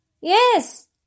Yes